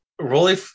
Rolly